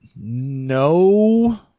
no